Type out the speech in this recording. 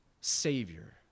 savior